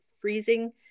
freezing